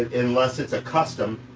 and unless it's accustomed.